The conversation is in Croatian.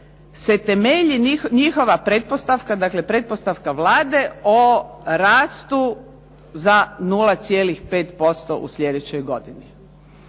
se temelji njihova pretpostavka, dakle pretpostavka Vlade o rastu za 0,5% u slijedećoj godini.